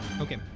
Okay